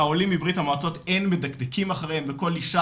שהעולים מבריה"מ אין מדקדקים אחריהם וכל אישה